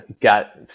got